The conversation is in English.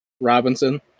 Robinson